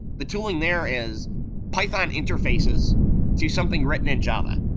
the tooling there is python interfaces to something written in java,